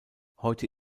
heute